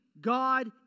God